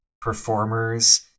performers